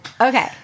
Okay